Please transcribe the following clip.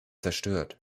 zerstört